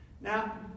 now